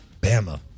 Bama